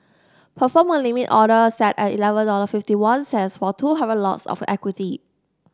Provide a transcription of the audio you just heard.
perform a limit order set at eleven dollar fifty one cents for two hundred lots of equity